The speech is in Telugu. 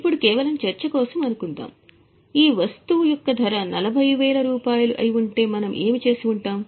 ఇప్పుడు కేవలం చర్చ కోసం అనుకుందాం ఈ వస్తువు యొక్క ధర 40000 అయి ఉంటే మనం ఏమి చేసి ఉంటాము